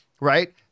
right